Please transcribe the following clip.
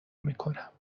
میکنم